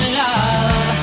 love